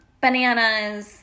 bananas